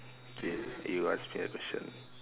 K you ask me a question